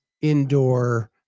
indoor